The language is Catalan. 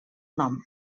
nom